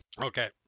Okay